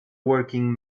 working